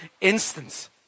instance